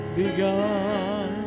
begun